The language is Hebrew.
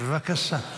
בבקשה.